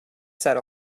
said